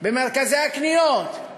במרכזי הקניות,